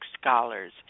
scholars